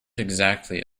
exactly